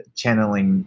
channeling